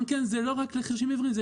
זה לא רק לחירשים עיוורים,